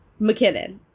McKinnon